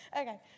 Okay